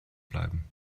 bleiben